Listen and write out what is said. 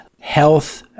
health